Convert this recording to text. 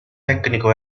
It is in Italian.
tecnico